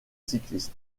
cycliste